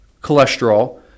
cholesterol